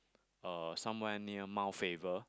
uh somewhere near Mount-Faber